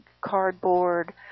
cardboard